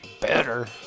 better